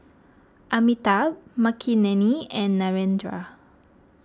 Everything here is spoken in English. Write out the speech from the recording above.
Amitabh Makineni and Narendra